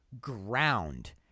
ground